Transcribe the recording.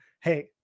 hey